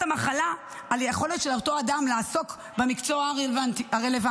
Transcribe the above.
המחלה על היכולת של אותו אדם לעסוק במקצוע הרלוונטי.